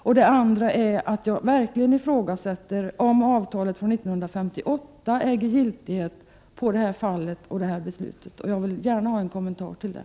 För det andra ifrågasätter jag om avtalet från 1958 verkligen äger giltighet i detta fall. Jag vill gärna ha en kommentar till det.